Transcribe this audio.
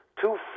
two